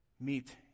meet